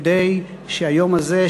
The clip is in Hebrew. כדי שהיום הזה,